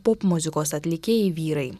popmuzikos atlikėjai vyrai